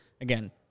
again